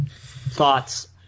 thoughts